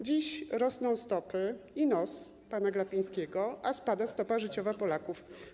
Dziś rosną stopy i rośnie nos pana Glapińskiego, a spada stopa życiowa Polaków.